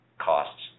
costs